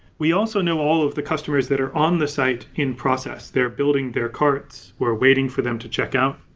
we also know all of the customers that are on the site in process, they're building their carts, we're waiting for them to check out.